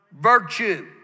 virtue